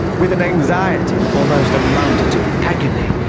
with an anxiety that almost amounted to agony,